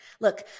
Look